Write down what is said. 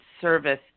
service